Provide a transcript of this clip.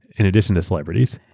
in addition to celebrities.